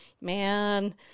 man